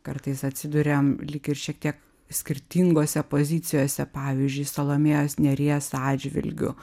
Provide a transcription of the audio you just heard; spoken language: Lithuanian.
kartais atsiduriam lyg ir šiek tiek skirtingose pozicijose pavyzdžiui salomėjos nėries atžvilgiu